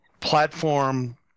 platform